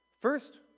First